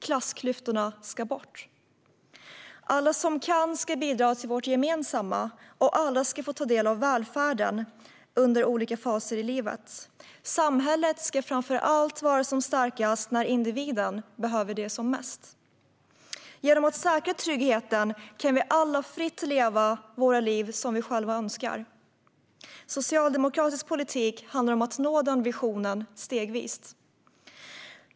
Klassklyftorna ska bort. Alla som kan ska bidra till vårt gemensamma, och alla ska få ta del av välfärden under olika faser i livet. Samhället ska framför allt vara som starkast när individen behöver det som mest. Genom att säkra tryggheten kan vi alla fritt leva våra liv som vi själva önskar. Socialdemokratisk politik handlar om att nå den visionen stegvis.